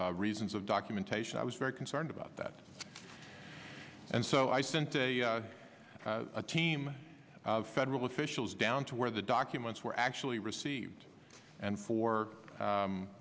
for reasons of documentation i was very concerned about that and so i sent a team of federal officials down to where the documents were actually received and for